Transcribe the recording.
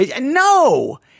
No